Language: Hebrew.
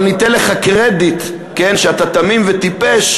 אבל ניתן לך קרדיט שאתה תמים וטיפש,